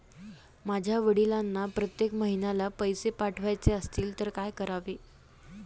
माझ्या वडिलांना प्रत्येक महिन्याला पैसे पाठवायचे असतील तर काय करावे?